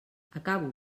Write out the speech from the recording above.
acabo